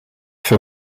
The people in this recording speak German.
für